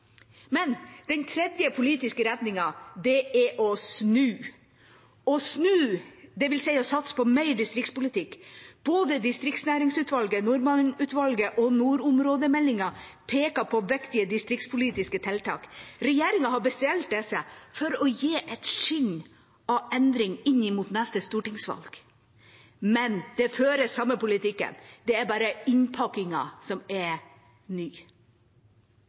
Den tredje politiske retningen er å «snu». Det vil si å satse på mer distriktspolitikk. Både distriktsnæringsutvalget, Norman-utvalget og nordområdemeldinga peker på viktige distriktspolitiske tiltak. Regjeringa har bestilt disse for å gi et skinn av endring mot neste stortingsvalg. Men det føres samme politikken, det er bare innpakningen som er ny.